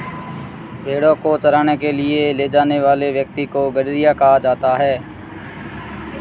भेंड़ों को चराने के लिए ले जाने वाले व्यक्ति को गड़ेरिया कहा जाता है